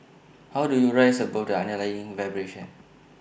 how do you rise above the underlying vibration